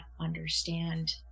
understand